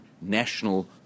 national